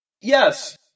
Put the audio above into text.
Yes